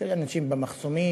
של אנשים במחסומים,